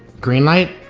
green light.